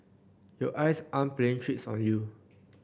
your eyes aren't playing tricks on you